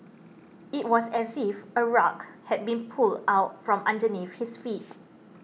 it was as if a rug had been pulled out from underneath his feet